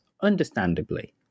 Understandably